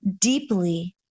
deeply